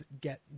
get